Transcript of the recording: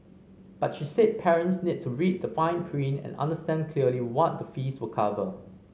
but she said parents need to read the fine print and understand clearly what the fees will cover